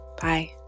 Bye